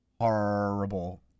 horrible